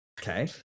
Okay